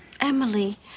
Emily